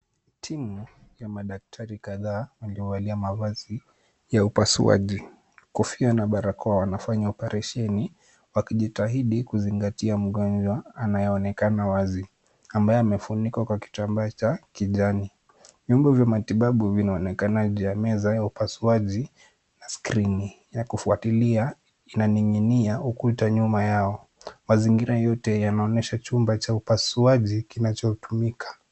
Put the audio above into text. Timu ya madaktari kadhaa waliovalia mavazi ya upasuaji, kofia na barakoa wanafanya oparesheni wakijitahidi kuzingatia mgonjwa anayeonekana wazi ambaye amefunikwa kwa kitambaa cha kijani. Vyombo vya matibabu vinaonekana juu ya meza ya upasuaji na skrini ya kufuatilia inaning'inia ukuta nyuma yao. Mazingira yote yanaonyesha chumba cha upasuaji kinachotumika.